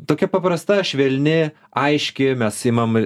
tokia paprasta švelni aiški mes imam